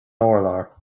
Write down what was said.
urlár